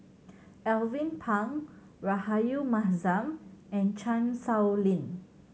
Alvin Pang Rahayu Mahzam and Chan Sow Lin